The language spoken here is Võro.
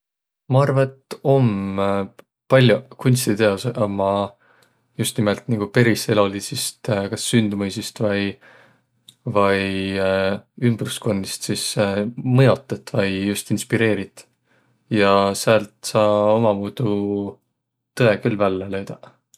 Ma arva, et om. Pall'oq kunstiteosõq ommaq just nimelt nigu peris eloliidsist kas sündmüisist vai vai ümbrüskundist sis mõjotõt vai just inspireerit ja säält saa ummamuudu tõe küll vällä löüdäq.